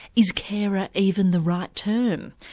is carer even the right term?